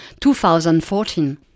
2014